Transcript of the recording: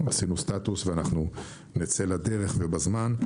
עשינו סטטוס ואנחנו נצא לדרך ובזמן.